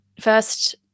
first